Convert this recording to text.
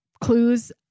clues